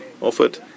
offered